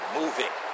moving